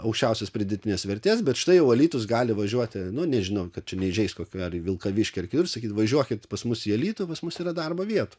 aukščiausios pridėtinės vertės bet štai jau alytus gali važiuoti nu nežinau kad čia neįžeist kokio vilkaviškio ar kitur sakyti važiuokit pas mus į alytų pas mus yra darbo vietų